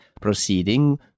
proceeding